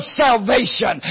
salvation